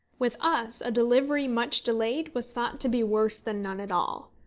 with us a delivery much delayed was thought to be worse than none at all.